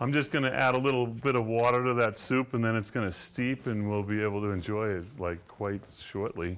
i'm just going to add a little bit of water to that soup and then it's going to steep and we'll be able to enjoy it like quite shortly